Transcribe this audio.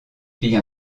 fille